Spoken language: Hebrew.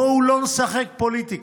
בואו לא נשחק פוליטיקה,